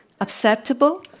acceptable